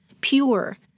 pure